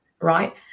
Right